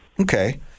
Okay